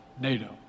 NATO